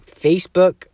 Facebook